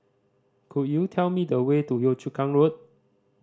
could you tell me the way to Yio Chu Kang Road